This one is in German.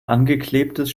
angeklebtes